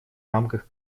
рамках